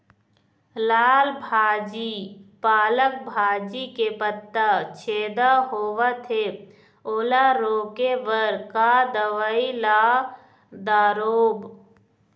लाल भाजी पालक भाजी के पत्ता छेदा होवथे ओला रोके बर का दवई ला दारोब?